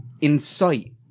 incite